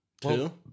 Two